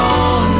on